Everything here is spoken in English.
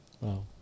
wow